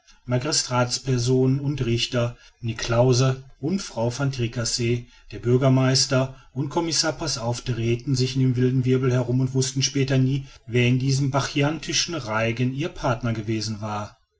magistratspersonen und richter niklausse und frau van tricasse der bürgermeister und commissar passauf drehten sich in dem wilden wirbel herum und wußten später nie wer in diesem bacchantischen reigen ihr partner gewesen war